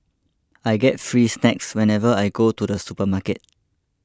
I get free snacks whenever I go to the supermarket